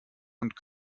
und